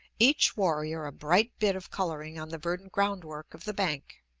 each warrior a bright bit of coloring on the verdant groundwork of the bank.